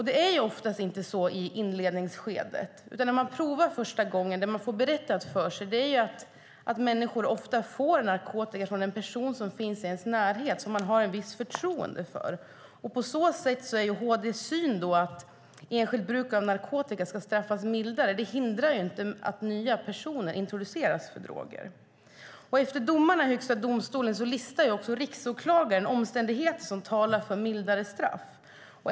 Det är oftast inte så i inledningsskedet, utan det man får berättat för sig är att människor ofta får narkotika från en person som finns i deras närhet, som de har ett visst förtroende för. På så sätt hindrar inte HD:s syn att enskilt bruk av narkotika ska straffas mildare att nya personer introduceras för droger. Efter domarna i Högsta domstolen listar också riksåklagaren omständigheter som talar för mildare straff.